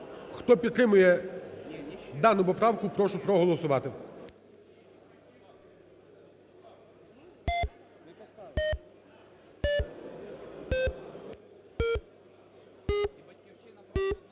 Хто підтримує дану поправку, прошу проголосувати.